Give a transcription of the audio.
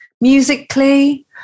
musically